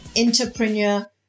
entrepreneur